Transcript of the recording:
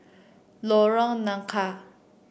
Lorong Nangka